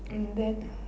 and then